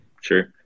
Sure